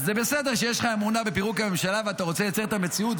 אז זה בסדר שיש לך אמונה בפירוק הממשלה ואתה רוצה לצייר את המציאות.